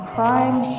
Crime